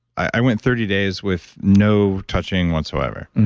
i went thirty days with no touching whatsoever.